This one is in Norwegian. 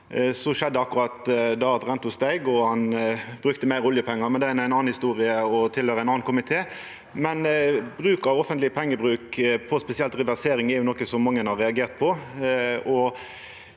Så skjedde akkurat det at renta steig, og han brukte meir oljepengar, men det er ei anna historie og høyrer til ein annan komité. Likevel: Bruk av offentlege pengar på spesielt reversering er noko som mange har reagert på.